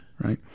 right